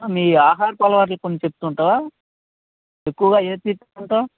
మీ ఆహారపు అలవాట్లు కొంచెం చెప్తావా ఎక్కువగా ఏది తీసుకుంటావు